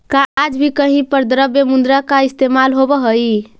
का आज भी कहीं पर द्रव्य मुद्रा का इस्तेमाल होवअ हई?